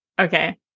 Okay